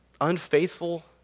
unfaithful